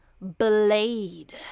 blade